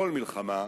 כל מלחמה,